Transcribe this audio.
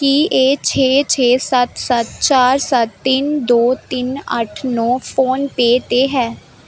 ਕੀ ਇਹ ਛੇ ਛੇ ਸੱਤ ਸੱਤ ਚਾਰ ਸੱਤ ਤਿੰਨ ਦੋ ਤਿੰਨ ਅੱਠ ਨੌ ਫੋਨਪੇ 'ਤੇ ਹੈ